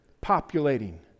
populating